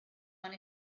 one